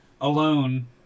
alone